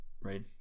right